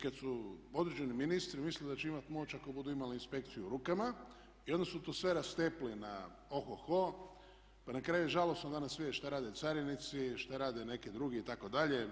Kad su određeni ministri mislili da će imati moć ako budu imali inspekciju u rukama i onda su to sve rastepli na o-ho-ho pa na kraju je žalosno danas vidjeti što rade carinici, što rade neki drugi itd.